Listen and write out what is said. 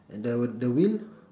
and the the wheel